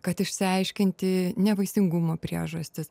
kad išsiaiškinti nevaisingumo priežastis